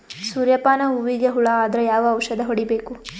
ಸೂರ್ಯ ಪಾನ ಹೂವಿಗೆ ಹುಳ ಆದ್ರ ಯಾವ ಔಷದ ಹೊಡಿಬೇಕು?